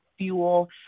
fuel